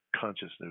consciousness